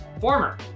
former